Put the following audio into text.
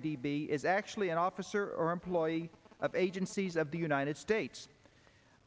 b is actually an officer or employee of agencies of the united states